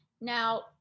Now